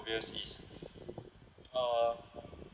this is uh